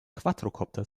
quadrokopter